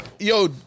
Yo